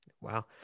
Wow